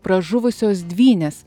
pražuvusios dvynės